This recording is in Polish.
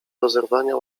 rozerwania